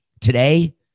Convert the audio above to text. Today